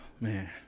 Man